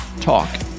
talk